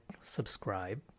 subscribe